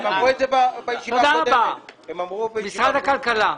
משרד הכלכלה.